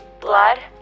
Blood &